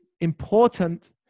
important